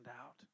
out